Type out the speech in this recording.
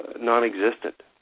non-existent